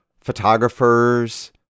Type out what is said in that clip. photographers